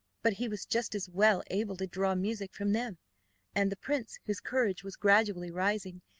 but he was just as well able to draw music from them and the prince, whose courage was gradually rising,